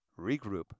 regroup